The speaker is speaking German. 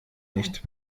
nicht